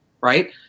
Right